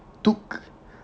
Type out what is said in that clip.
took